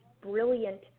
brilliant